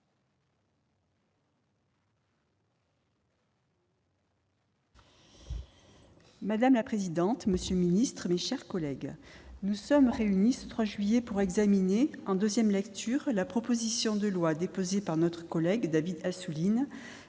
Madame la présidente, monsieur le ministre, mes chers collègues, nous sommes réunis, ce 3 juillet, pour examiner, en deuxième lecture, la proposition de loi déposée par David Assouline